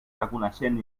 reconeixent